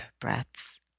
breaths